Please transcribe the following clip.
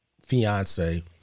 fiance